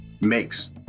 makes